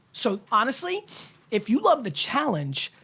so honestly if you love the challenge,